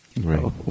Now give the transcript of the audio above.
Right